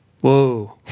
Whoa